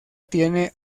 tiene